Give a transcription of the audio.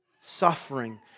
suffering